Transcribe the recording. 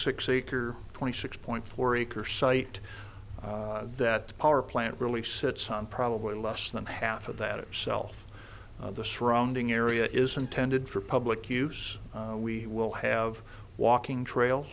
six acre twenty six point four acre site that the power plant really sits on probably less than half of that it self the surrounding area is intended for public use we will have walking trail